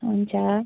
हुन्छ